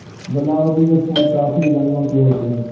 गुलाउदी के फूल काफी रंगों के होते हैं